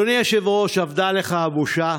אדוני היושב-ראש, אבדה לך הבושה?